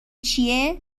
چیه